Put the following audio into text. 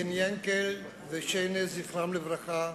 בן יענקל ושיינה, זכרם לברכה,